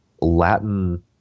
Latin